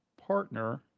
partner